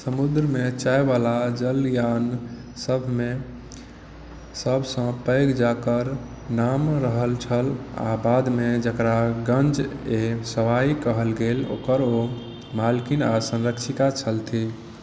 समुद्रमे चायबला जलयानसभमे सभसँ पैघ जकर नाम रहल छल आ बादमे जकरा गञ्ज ए सवाइ कहल गेल ओकर वो मालकिन आ संरक्षिका छलथिन